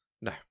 No